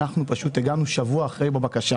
אנחנו פשוט הגענו בבקשה שבוע אחרי.